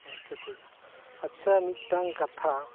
ᱟᱪᱪᱷᱟ ᱴᱷᱤᱠᱟ ᱟᱪᱪᱷᱟ ᱢᱤᱫᱴᱟᱝ ᱠᱟᱛᱷᱟ